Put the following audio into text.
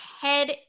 head